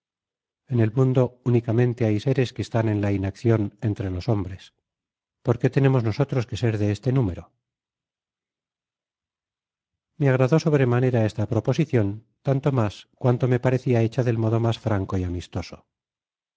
en el mundo únicamente hay seres que están en la inaccion entre los hombres por que tenemos nosotros que er de este número me agradó sobre manera esta proposicion tanto mas cuanto me parecía hecha del modo mas franco y amistoso